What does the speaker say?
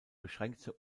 beschränkte